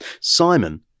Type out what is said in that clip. Simon